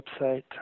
website